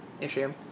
issue